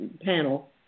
panel